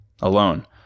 alone